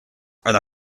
are